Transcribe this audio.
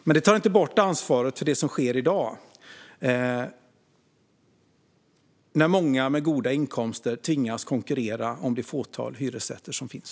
Men det tar inte bort ansvaret för det som sker i dag, då många med goda inkomster tvingas konkurrera om det fåtal hyresrätter som finns.